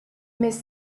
miss